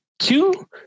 Two